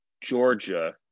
Georgia